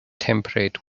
temperate